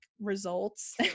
results